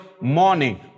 morning